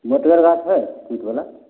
मोटगर गाछ छै तुत बला